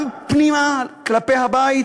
גם פנימה כלפי הבית